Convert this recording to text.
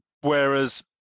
Whereas